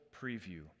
preview